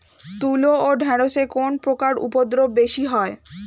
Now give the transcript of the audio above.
তুলো ও ঢেঁড়সে কোন পোকার উপদ্রব বেশি হয়?